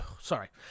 sorry